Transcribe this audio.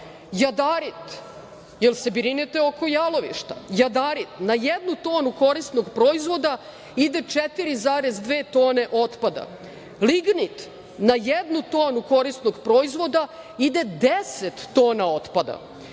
Jadarit, jel se brinete oko jalovišta? Jadarit, na jednu tonu korisnog proizvoda ide 4,2 tone otpada. Lignit, na jednu tonu korisnog proizvoda ide 10 tona otpada,